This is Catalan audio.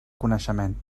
coneixement